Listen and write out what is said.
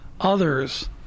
others